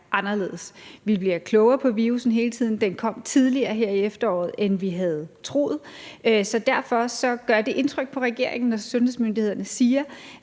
Vi bliver klogere på virussen hele tiden. Den kom tidligere her i efteråret, end vi havde troet. Så derfor gør det indtryk på regeringen, når sundhedsmyndighederne siger,